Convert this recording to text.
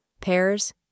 pears